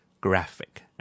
graphic